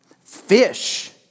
Fish